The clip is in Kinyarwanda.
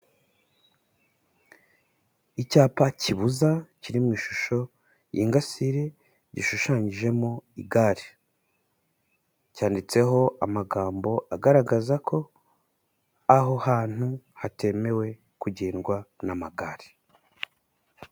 Icyapa kibuza kiri mu ishusho y'ingasire gishushanyijeho igare, cyanditseho amagambo agaragaza ko aho hantu hatemewe kugendwa n'amagare.